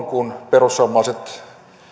kun perussuomalaiset